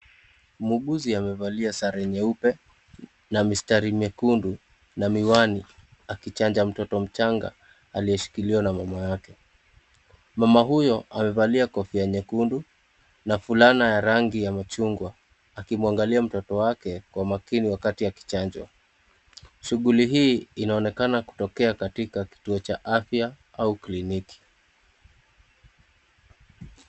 Muuguzi amevalia sare nyeupe na mistari mekundu na miwani akichanja mtoto mchanga aliyeshikiliwa na mama yake. Mama huyo awevalia kofia nyekundu na fulana ya rangi ya machungwa akimwangalia mtoto wake kwa makini wakati akichanjwa. Shuguli hii inonekana kutokea katika kituo cha afya au kliniki.